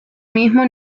mismo